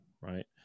right